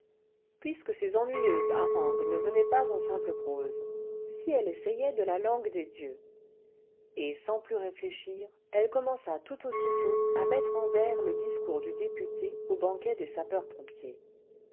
vingtième siècle ennuyeuses harangues ne venaient pas en simple prose si elle essayait cle la langue des dieux et sans plus réfléchir elle commença tout aussitôt à mettre en vers le discours du député au banquet des sapeurs-pompiers